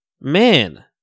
man